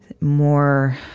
more